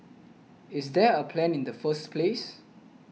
is there a plan in the first place